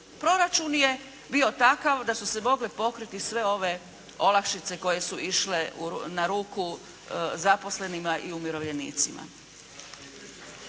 Proračun je bio takav da su se mogle pokriti sve ove olakšice koje su išle na ruku zaposlenima i umirovljenicima.